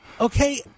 Okay